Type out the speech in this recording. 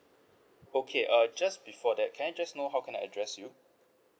okay uh just before that can I just know how can I address you